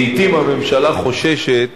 לעתים הממשלה חוששת